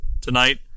tonight